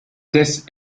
tests